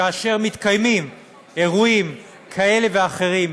כאשר מתקיימים אירועים כאלה ואחרים,